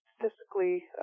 statistically